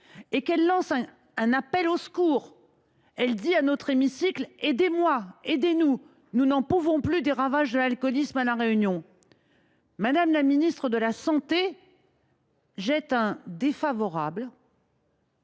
Elle lance un appel au secours, elle nous dit, dans cet hémicycle :« Aidez moi, aidez nous, nous n’en pouvons plus des ravages de l’alcoolisme à La Réunion. » Or Mme la ministre de la santé jette un « défavorable